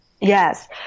Yes